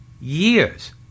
years